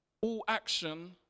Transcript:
all-action